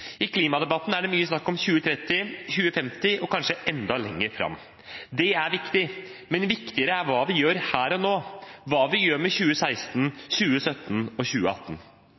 I klimadebatten er det mye snakk om 2030, 2050 – og kanskje enda lenger fram. Det er viktig, men viktigere er hva vi gjør her og nå – hva vi gjør med 2016, 2017 og 2018.